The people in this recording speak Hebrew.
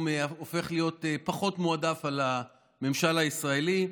הופך להיות פחות מועדף על הממשל הישראלי,